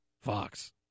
Fox